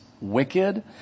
wicked